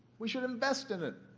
we should invest in it.